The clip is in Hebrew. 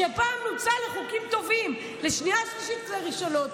שפעם מוצה לחוקים טובים לשנייה שלישית וראשונות,